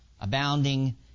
abounding